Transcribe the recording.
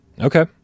Okay